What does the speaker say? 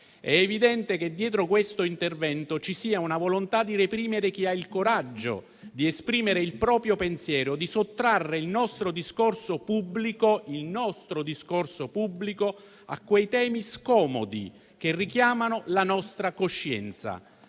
È evidente che dietro questo intervento ci sia una volontà di reprimere chi ha il coraggio di esprimere il proprio pensiero, di sottrarre il nostro discorso pubblico a quei temi scomodi che richiamano la nostra coscienza.